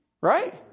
right